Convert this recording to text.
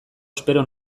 espero